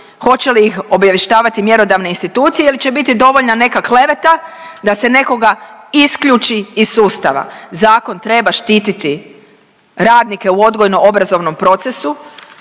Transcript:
hoće li ih obavještavati mjerodavne institucije il će biti dovoljna neka kleveta da se nekoga isključi iz sustava. Zakon treba štititi radnike u odgojno obrazovnom procesu